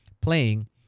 playing